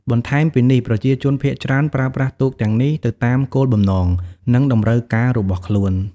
បន្ថែមពីនេះ ប្រជាជនភាគច្រើនប្រើប្រាស់ទូកទាំងនេះទៅតាមគោលបំណង និងតម្រូវការរបស់ខ្លួន។